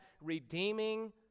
redeeming